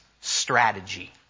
strategy